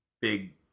big